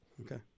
okay